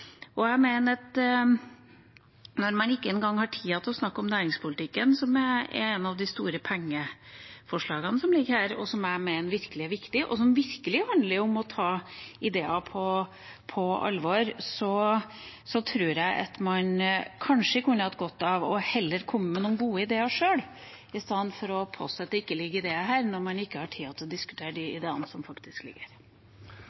og jeg mener at når man ikke engang har tid til å snakke om næringspolitikken, som er et av de store pengeforslagene som ligger her, og som jeg mener virkelig er viktig, og som virkelig handler om å ta ideer på alvor, så tror jeg kanskje man kunne hatt godt av å heller komme med noen gode ideer sjøl – i stedet for å påstå at det ikke ligger ideer her, og man ikke har tid til å diskutere de